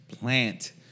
plant